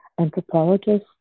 anthropologist